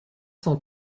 cent